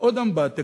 ועוד אמבטיה,